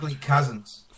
Cousins